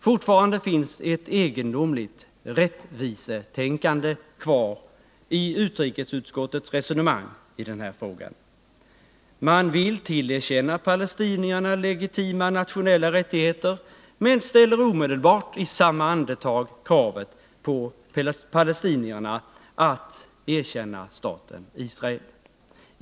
Fortfarande finns ett egendomligt ”rättvisetänkande” kvar i utrikesutskottets resonemang i den här frågan. Man vill tillerkänna palestinierna legitima nationella rättigheter, men ställer omedelbart och i samma andetag kravet på palestinierna att erkänna staten Israel.